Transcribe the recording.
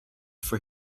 for